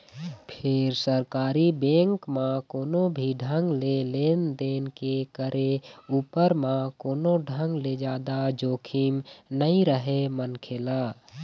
फेर सरकारी बेंक म कोनो भी ढंग ले लेन देन के करे उपर म कोनो ढंग ले जादा जोखिम नइ रहय मनखे ल